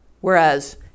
Whereas